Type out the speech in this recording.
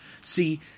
See